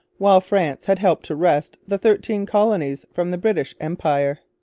while france had helped to wrest the thirteen colonies from the british empire.